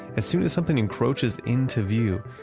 as soon as something encroaches into view,